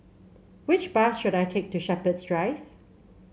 which bus should I take to Shepherds Drive